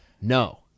No